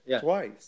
twice